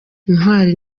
intwari